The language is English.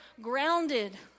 grounded